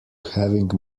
having